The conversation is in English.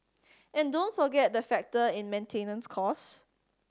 and don't forget the factor in maintenance cost